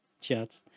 chat